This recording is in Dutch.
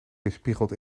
weerspiegeld